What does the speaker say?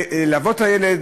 ללוות את הילד,